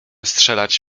strzelać